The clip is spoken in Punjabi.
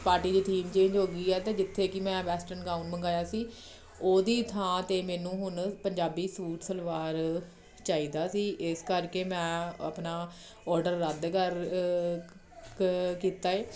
ਪਾਰਟੀ ਦੀ ਥੀਮ ਚੇਂਜ ਹੋ ਗਈ ਆ ਕਿ ਜਿੱਥੇ ਕਿ ਮੈਂ ਵੈਸਟਰਨ ਗਾਊਨ ਮੰਗਾਇਆ ਸੀ ਓਹਦੀ ਥਾਂ 'ਤੇ ਮੈਨੂੰ ਹੁਣ ਪੰਜਾਬੀ ਸੂਟ ਸਲਵਾਰ ਚਾਹੀਦਾ ਸੀ ਇਸ ਕਰਕੇ ਮੈਂ ਆਪਣਾ ਆਰਡਰ ਰੱਦ ਕਰ ਕ ਕੀਤਾ ਹੈ